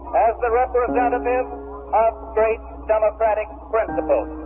as the representative of great democratic principles.